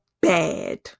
bad